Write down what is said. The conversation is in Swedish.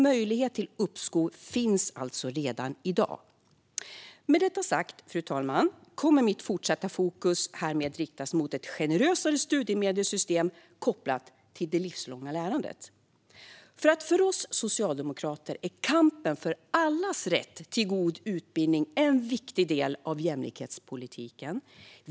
Möjlighet till uppskov finns alltså redan i dag. Med detta sagt, fru talman, kommer mitt fortsatta fokus härmed att riktas mot ett generösare studiemedelssystem kopplat till det livslånga lärandet. För oss socialdemokrater är kampen för allas rätt till god utbildning en viktig del av jämlikhetspolitiken.